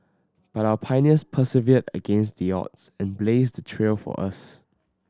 but our pioneers persevered against the odds and blazed the trail for us